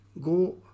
go